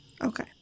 Okay